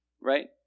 right